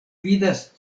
vidas